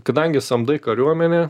kadangi samdai kariuomenę